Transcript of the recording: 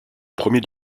premiers